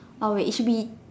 oh wait it should be